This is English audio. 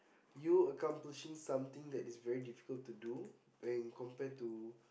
you accomplishing something that is very difficult to do when compared to